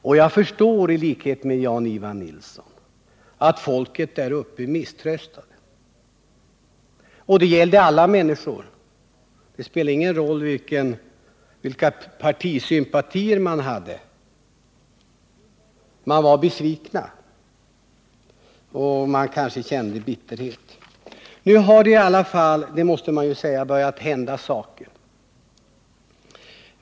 Och jag förstår, i likhet med Jan Ivan Nilsson, att folket däruppe misströstade. Det gällde alla människor — det spelade ingen roll vilka partisympatier de hade. De var besvikna och många kände bitterhet. Nu har det i alla fall — det måste man säga — börjat hända saker.